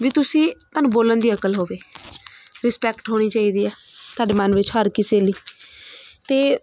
ਵੀ ਤੁਸੀਂ ਤੁਹਾਨੂੰ ਬੋਲਣ ਦੀ ਅਕਲ ਹੋਵੇ ਰਿਸਪੈਕਟ ਹੋਣੀ ਚਾਹੀਦੀ ਹੈ ਤੁਹਾਡੇ ਮਨ ਵਿੱਚ ਹਰ ਕਿਸੇ ਲਈ ਅਤੇ